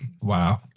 Wow